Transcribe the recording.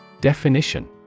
Definition